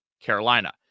Carolina